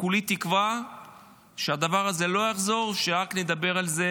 כולי תקווה שהדבר הזה לא יחזור, ושנדבר על זה